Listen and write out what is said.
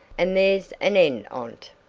and there's an end on't.